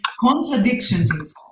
contradictions